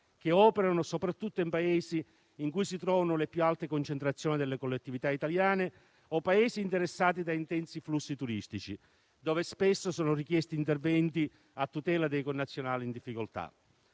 che operano soprattutto nei Paesi in cui si trovano le più alte concentrazioni delle collettività italiane o in quelli interessati da intensi flussi turistici, dove spesso sono richiesti interventi a tutela dei connazionali in difficoltà.